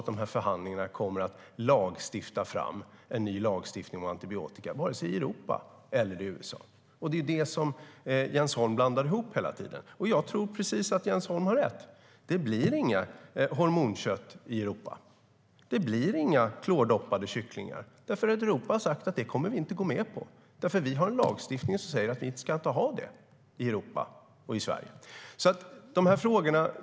De här förhandlingarna kommer inte att leda till en ny lagstiftning om antibiotika i Europa eller i USA. Det är det som Jens Holm blandar ihop hela tiden. Jag tror att Jens Holm har rätt. Det blir inget hormonkött i Europa. Det blir inga klordoppade kycklingar. Europa har sagt att vi inte kommer att gå med på det därför att vi har en lagstiftning som säger att vi inte ska ha det i Europa och i Sverige.